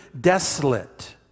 desolate